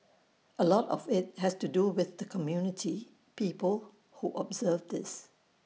A lot of IT has to do with the community people who observe this